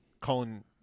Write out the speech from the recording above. Colin